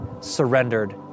surrendered